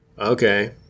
Okay